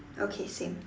okay same